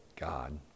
God